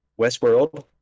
Westworld